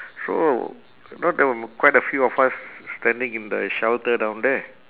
so no there were quite a few of us standing in the shelter down there